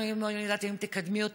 אנחנו היינו מעוניינים לדעת אם תקדמי אותו